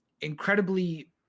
incredibly